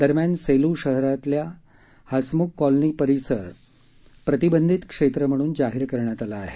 दरम्यान सेलू शहरातला हसमुख कॉलनी परिसर प्रतिबंधित क्षेत्र म्हणून जाहीर केला आहे